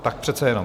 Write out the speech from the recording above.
Tak přece jenom.